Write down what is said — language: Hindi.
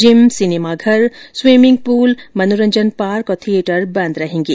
जिम सिनेमाघर स्विमिंग पूल मनोरंजन पार्क थियेटर बंद रहेंगे